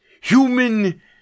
human